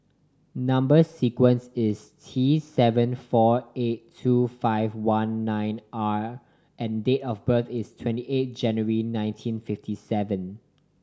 number sequence is T seven four eight two five one nine R and date of birth is twenty eight January nineteen fifty seven